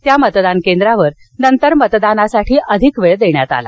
त्या मतदार केंद्रावर नंतर मतदानासाठी अधिक वेळ देण्यात आला